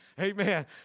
Amen